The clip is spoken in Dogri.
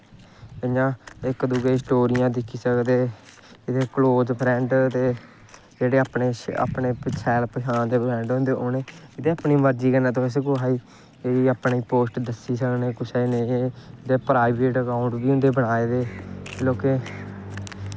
इ'यां इक दुए दियां स्टोरियां दिक्खी सकदे इ'यां इक दुए दे कलोज़ फ्रैंड जेह्ड़े अपने शैल पंछान दे फ्रैंड होंदे उ'नें उपनी मर्जी कन्नै तुस कुसै गी अपनी पोस्ट दस्सी सकने कुसे गी नेईं प्राईवेट अकाउंट बी होंदे बनाए दे लोकें